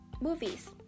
movies